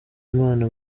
imana